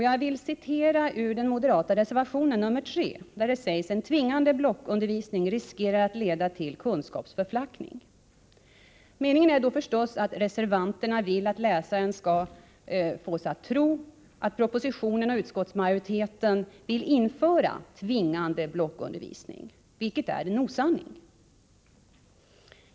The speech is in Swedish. Jag vill då citera ur den moderata reservationen nr 3, där det sägs: ”En tvingande blockundervisning riskerar att leda till kunskapsförflackning.” Reservanterna vill naturligtvis att läsaren skall fås att tro att man i propositionen och i utskottsmajoritetens skrivning föreslår att en ”tvingande blockundervisning” skall införas, vilket är en osanning.